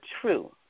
true